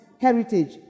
heritage